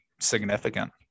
significant